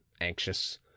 anxious